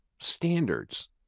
standards